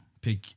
pick